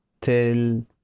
till